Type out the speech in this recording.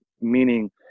meaning